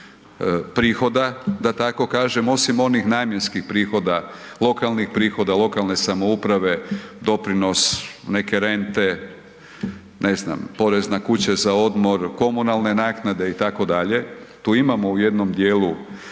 prihoda da tako kažem, osim onih namjenskih prihoda, lokalnih prihoda, lokalne samouprave, doprinos, neke rente, ne znam, porez na kuće za odmor, komunalne naknade itd., tu imamo u jednom djelu